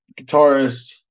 guitarist